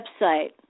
website